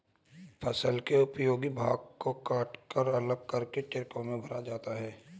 फसल के उपयोगी भाग को कटकर अलग करके ट्रकों में भरा जाता है